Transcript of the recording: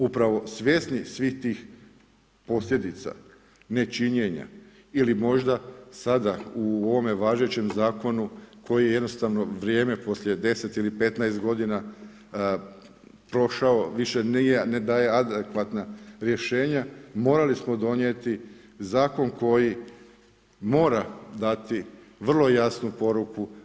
Upravo svjesni svih tih posljedica nečinjenja ili možda sada u ovome važećem Zakonu kojem je jednostavno vrijeme nakon 10 ili 15 godina prošlo i više ne daje adekvatna rješenja morali smo donijeti Zakon koji mora dati vrlo jasnu poruku.